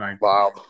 Wow